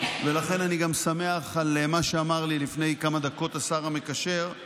ולכן אני גם שמח על מה שאמר לי לפני כמה דקות השר המקשר,